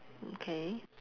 okay